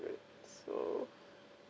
great so